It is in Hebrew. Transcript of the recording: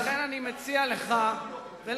לכן, אני מציע לך ולחבריך,